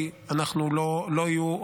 כי לא יהיו,